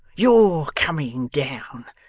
you're coming down.